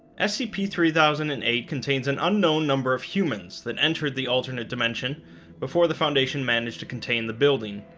scp three thousand and eight contains an unknown number of humans that entered the alternate dimension before the foundation managed to contain contain the building,